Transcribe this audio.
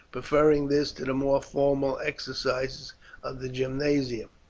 preferring this to the more formal exercises of the gymnasium.